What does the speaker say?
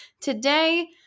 today